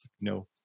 No